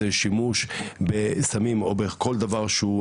זה שימוש בסמים או בכל דבר שהוא ממכר,